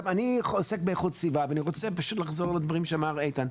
אני עוסק באיכות סביבה ואני רוצה לחזור לדברים שאמר איתן.